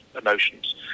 emotions